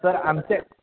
sir आमच्या